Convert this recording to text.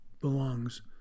belongs